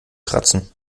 kratzen